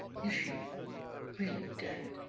is she really dead?